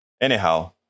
Anyhow